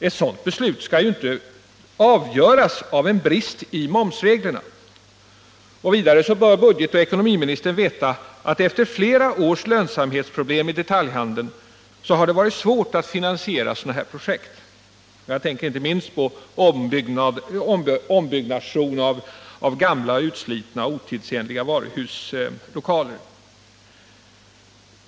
Ett sådant beslut skall inte avgöras av en brist i momsreglerna. Vidare bör budgetoch ekonomiministern veta att efter flera års lönsamhetsproblem i detaljhandeln har det varit svårt att finansiera sådana här projekt. Jag tänker inte minst på ombyggnation av gamla, utslitna och otidsenliga varuhuslokaler.